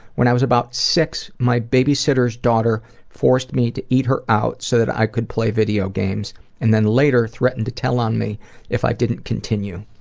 when i was about six, my babysitter's daughter forced me to eat her out so that i could play video games and then later threatened to tell on me if i didn't continue.